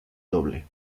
doble